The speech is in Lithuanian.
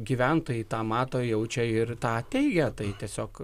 gyventojai tą mato jaučia ir tą teigia tai tiesiog